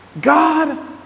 God